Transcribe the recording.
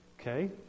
Okay